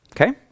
Okay